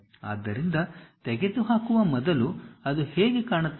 ಆದ್ದರಿಂದ ತೆಗೆದುಹಾಕುವ ಮೊದಲು ಅದು ಹೇಗೆ ಕಾಣುತ್ತದೆ